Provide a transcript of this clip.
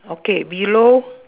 okay below